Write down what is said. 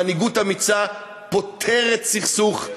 מנהיגות אמיצה פותרת סכסוך,